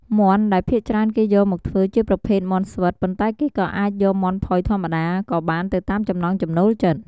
មាន់ដែលភាគច្រើនគេយកមកធ្វើជាប្រភេទមាន់ស្វិត ប៉ុន្តែគេក៏អាចយកមាន់ផុយធម្មតាក៏បានទៅតាមចំណង់ចំណូលចិត្ត។